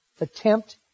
attempt